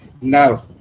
No